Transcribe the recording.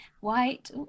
white